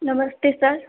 नमस्ते सर